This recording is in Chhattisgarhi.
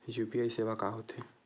यू.पी.आई सेवा का होथे?